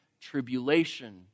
tribulation